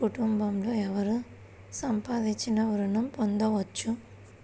కుటుంబంలో ఎవరు సంపాదించినా ఋణం పొందవచ్చా?